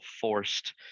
forced